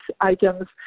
items